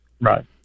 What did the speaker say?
Right